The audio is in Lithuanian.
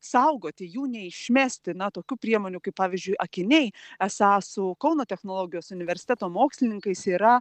saugoti jų neišmesti na tokių priemonių kaip pavyzdžiui akiniai esą su kauno technologijos universiteto mokslininkais yra